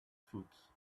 foot